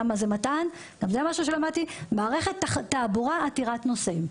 מתע"ן מערכת תעבורה עתירת נוסעים.